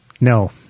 No